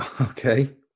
Okay